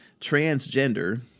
transgender